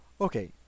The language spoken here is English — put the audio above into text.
Okay